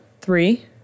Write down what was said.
Three